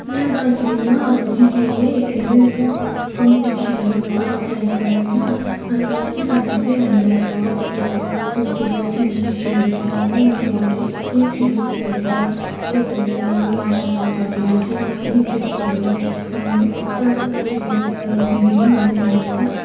यहाँ दार्जिलिङमा जिटिएले धेरै जस्तो कम्पिटिसनहरू अर्गनाइज गरिन्छ अन्त तिनीहरूले चाहिँ हामीलाई कलेजहरूतिर स्कुलतिर इन्भिटेसनहरू पठाउँछ नानीहरूलाई केही खेलकुदहरूतिर स्पोर्ट्सहरूतिर मार्सल आर्टहरूतिर केहीमा इन्ट्रेस्ट छ भने पर प्रतियोगिताले लिनु भनिन्छ